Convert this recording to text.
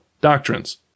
doctrines